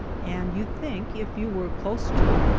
and you think if you were close to it,